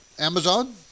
amazon